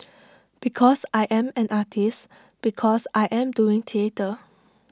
because I am an artist because I am doing theatre